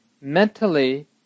Mentally